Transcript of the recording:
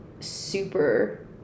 super